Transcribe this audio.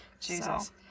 jesus